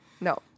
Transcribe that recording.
No